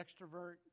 extrovert